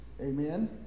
Amen